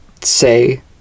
say